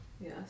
yes